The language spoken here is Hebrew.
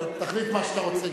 תחליט מה שאתה רוצה,